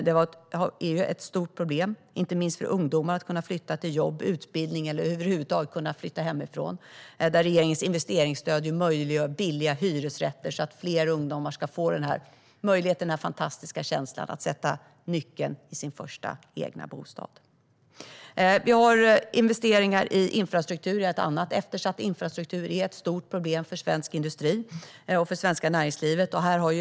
Det är ett stort problem, inte minst för ungdomar, att kunna flytta till jobb och utbildning eller att över huvud taget flytta hemifrån. Regeringens investeringsstöd möjliggör billiga hyresrätter, så att fler ungdomar kan få möjlighet till den fantastiska känslan att sätta nyckeln i dörren till sin första egna bostad. Vi har investeringar i infrastruktur. Det är ett annat eftersatt område och ett stort problem för svensk industri och för det svenska näringslivet.